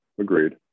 agreed